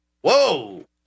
whoa